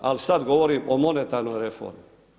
Ali sad govorim o monetarnoj reformi.